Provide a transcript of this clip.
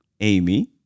Amy